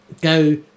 go